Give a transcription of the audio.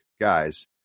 guys